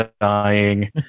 dying